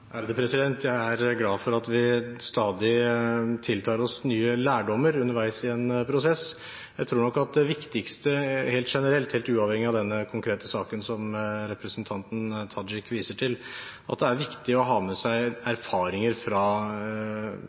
Jeg er glad for at vi stadig tiltar oss ny lærdom underveis i en prosess. Jeg tror nok at det viktigste – helt generelt, helt uavhengig av den konkrete saken som representanten Tajik viser til – er å ha med seg erfaringer fra